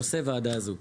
נושא ועדה זו.